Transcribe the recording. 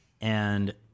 And-